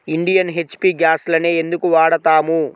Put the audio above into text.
Indian, HP గ్యాస్లనే ఎందుకు వాడతాము?